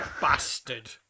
bastard